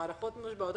המערכות מושבתות.